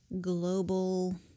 global